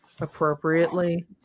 appropriately